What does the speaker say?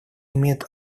имеют